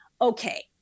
okay